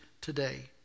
today